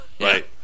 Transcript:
Right